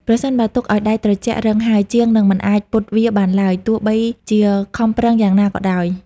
ប្រសិនបើទុកឱ្យដែកត្រជាក់រឹងហើយ ជាងនឹងមិនអាចពត់វាបានឡើយ ទោះបីជាខំប្រឹងដំយ៉ាងណាក៏ដោយ។